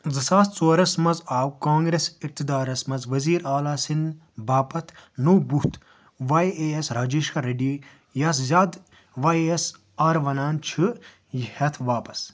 زٕ ساس ژورَس منز آو كانٛگرٮ۪س اقتدارس منٛز وزیر اعلیٰ سٕنٛدِ باپتھ نوٚو بُتھ واے اےٚ ایٚس راجیش كھر ریڈی یس زیادٕ واے اے ایٚس آر ونان چھِ یہ ہٮ۪تھ واپس